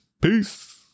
Peace